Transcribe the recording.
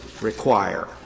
require